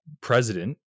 president